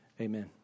amen